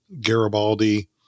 Garibaldi